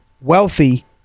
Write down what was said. wealthy